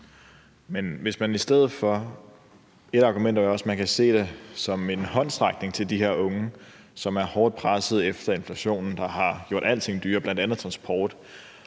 af argumenterne er jo også, at man kan se det som en håndsrækning til de her unge, som er hårdt pressede efter inflationen, der har gjort alting dyrere, bl.a. transport.